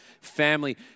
family